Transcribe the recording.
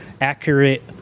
accurate